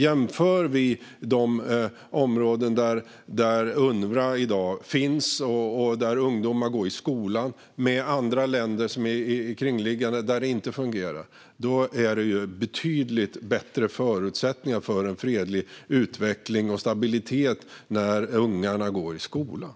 Jämför vi de områden där Unrwa finns och ungdomar går i skolan i dag med andra i kringliggande länder där detta inte fungerar ser vi att det finns betydligt bättre förutsättningar för fredlig utveckling och stabilitet när ungarna går i skolan.